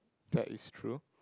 that is true